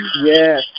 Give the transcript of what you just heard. yes